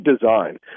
design